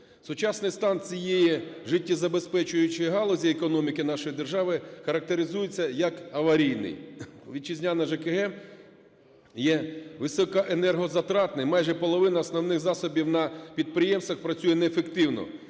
Сучасний стан цієї життєзабезпечуючої галузі економіки нашої держави характеризується як аварійний. Вітчизняна ЖКГ є високоенергозатратним, майже половина основних засобів на підприємствах працює неефективно.